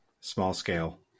small-scale